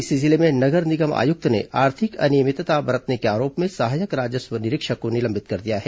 इसी जिले में नगर निगम आयुक्त ने आर्थिक अनियमितता बरतने के आरोप में सहायक राजस्व निरीक्षक को निलंबित कर दिया है